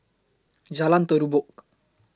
Jalan Terubok